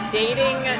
dating